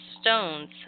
stones